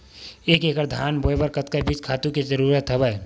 एक एकड़ धान बोय बर कतका बीज खातु के जरूरत हवय?